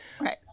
right